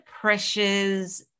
pressures